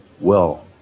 well,